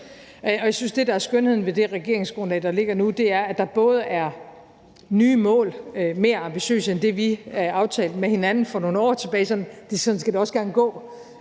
at det, der er skønheden i det regeringsgrundlag, der ligger nu, er, at der er nye mål, som er mere ambitiøse end det, vi aftalt med hinanden for nogle år tilbage – og det skulle sådan set også gerne gå